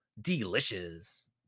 delicious